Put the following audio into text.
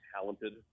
talented